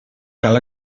cal